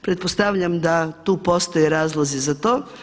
Pretpostavljam da tu postoje razlozi za to.